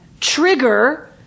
trigger